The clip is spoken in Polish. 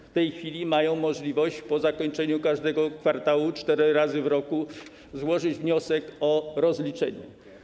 W tej chwili mają oni możliwość po zakończeniu każdego kwartału, cztery razy w roku, złożyć wniosek o rozliczenie.